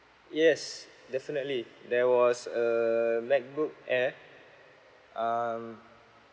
yes definitely there was um macbook air um